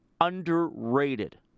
underrated